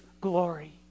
glory